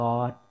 God